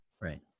Right